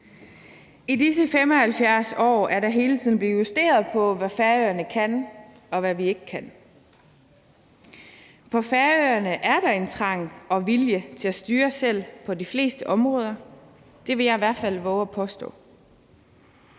I disse 75 år er der hele tiden blevet justeret på, hvad Færøerne kan, og hvad vi ikke kan. På Færøerne er der en trang og en vilje til at styre selv på de fleste områder. Det vil jeg i hvert fald vove at påstå.